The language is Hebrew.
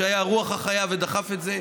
שהיה הרוח החיה ודחף את זה,